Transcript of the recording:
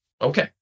Okay